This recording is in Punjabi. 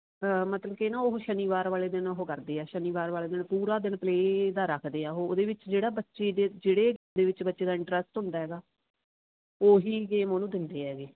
ਮਤਲਬ ਕਿ ਨਾ ਉਹ ਸ਼ਨੀਵਾਰ ਵਾਲੇ ਦਿਨ ਉਹ ਕਰਦੇ ਆ ਸ਼ਨੀਵਾਰ ਵਾਲੇ ਦਿਨ ਪੂਰਾ ਦਿਨ ਪਲੇਅ ਦਾ ਰੱਖਦੇ ਆ ਉਹ ਉਹਦੇ ਵਿੱਚ ਜਿਹੜਾ ਬੱਚੇ ਦੇ ਜਿਹੜੇ ਦੇ ਵਿੱਚ ਬੱਚੇ ਦਾ ਇੰਟਰਸਟ ਹੁੰਦਾ ਹੈਗਾ ਉਹੀ ਗੇਮ ਉਹਨੂੰ ਦਿੰਦੇ ਹੈਗੇ